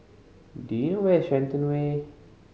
do you know where is Shenton Way